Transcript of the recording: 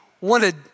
wanted